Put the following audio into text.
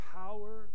power